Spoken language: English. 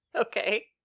Okay